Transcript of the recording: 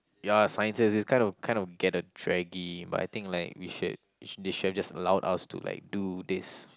ya Sciences is kind of kind of get the draggy but I think like we should they should have just allow us to like do this